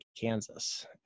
Kansas